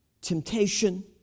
temptation